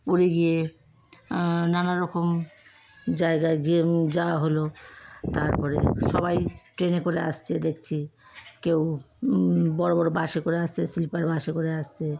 পুরী গিয়ে নানারকম জায়গায় গিয়ে যাওয়া হলো তারপরে সবাই ট্রেনে করে আসছে দেখছি কেউ বড় বড় বাসে করে আসছে স্লিপার বাসে করে আসছে